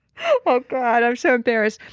oh god, i'm so embarrassed.